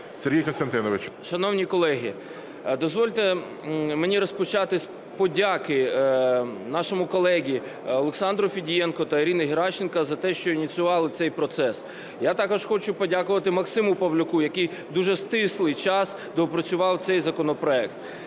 Шановні колеги, дозвольте мені розпочати з подяки нашому колезі Олександру Федієнку та Ірині Геращенко за те, що ініціювали цей процес. Я також хочу подякувати Максиму Павлюку, який в дуже стислий час доопрацював цей законопроект.